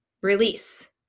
release